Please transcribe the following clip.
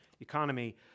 economy